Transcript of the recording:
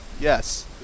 Yes